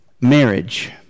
marriage